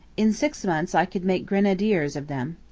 in six months i could make grenadiers of them.